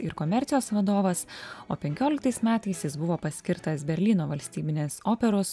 ir komercijos vadovas o penkioliktais metais jis buvo paskirtas berlyno valstybinės operos